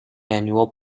annual